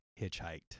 hitchhiked